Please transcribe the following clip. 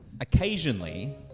occasionally